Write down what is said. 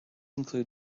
include